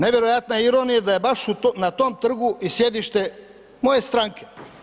Nevjerojatna je ironija da je baš na tom trgu i sjedište moje stranke.